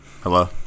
hello